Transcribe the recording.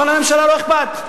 אבל לממשלה לא אכפת.